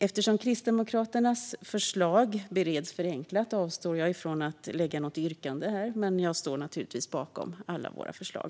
Eftersom Kristdemokraternas förslag bereds förenklat avstår jag från att lägga fram något yrkande här, men jag står naturligtvis bakom alla våra förslag.